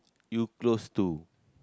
you close to